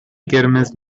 قرمز